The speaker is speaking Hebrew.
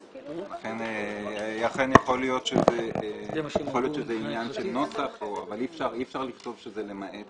לכן יכול להיות שזה ענין של נוסח אבל אי אפשר לכתוב שזה למעט